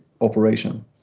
operation